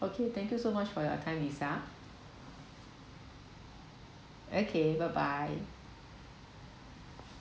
okay thank you so much for your time lisa okay bye bye